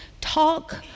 talk